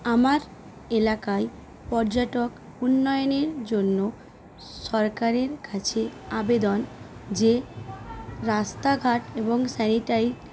আমার এলাকায় পর্যটক উন্নয়নের জন্য সরকারের কাছে আবেদন যে রাস্তাঘাট এবং স্যানিটারি